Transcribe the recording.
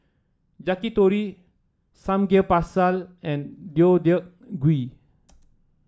Yakitori Samgeyopsal and Deodeok Gui